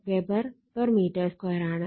564 Wb m2 ആണ്